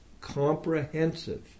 comprehensive